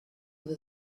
with